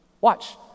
Watch